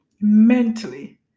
mentally